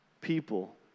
people